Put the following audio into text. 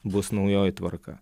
bus naujoji tvarka